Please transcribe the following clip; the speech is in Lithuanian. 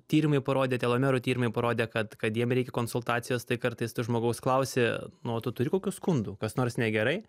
tyrimai parodė telomerų tyrimai parodė kad kad jiem reikia konsultacijos tai kartais tu žmogaus klausi nu o tu turi kokių skundų kas nors negerai